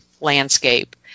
landscape